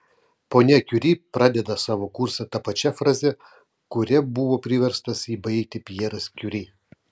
ponia kiuri pradeda savo kursą ta pačia fraze kuria buvo priverstas jį baigti pjeras kiuri